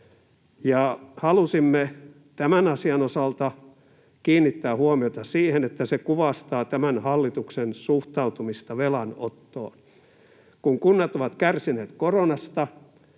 Halusimme tämän asian osalta kiinnittää huomiota siihen, että se kuvastaa tämän hallituksen suhtautumista velanottoon. Kun kunnat ovat kärsineet koronasta,